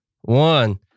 one